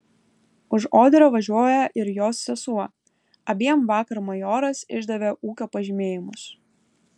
už oderio važiuoja ir jos sesuo abiem vakar majoras išdavė ūkio pažymėjimus